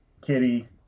Kitty